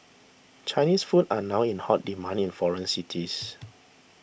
Chinese food are now in hot demand in foreign cities